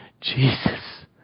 Jesus